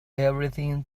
everything